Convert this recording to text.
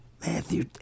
Matthew